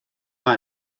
mae